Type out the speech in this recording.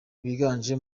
biganje